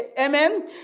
Amen